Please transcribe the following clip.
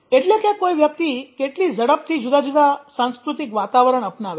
એટલે કે કોઈ વ્યક્તિ કેટલી ઝડપથી જુદા જુદા સાંસ્કૃતિક વાતાવરણ અપનાવે છે